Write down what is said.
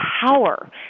power